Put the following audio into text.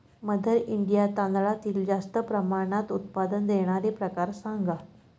mother India तांदळातील जास्त प्रमाणात उत्पादन देणारे प्रकार सांगा